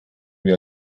wir